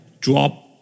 drop